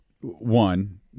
one